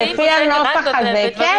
לפי הנוסח הזה, כן, יואב.